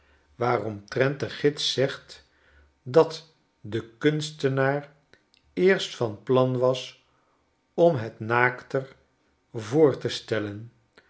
waaromtrent de gids zegt dat dekunstenaareerst van plan was om het naakter voor te stellen